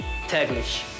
täglich